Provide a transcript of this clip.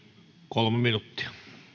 kolme minuuttia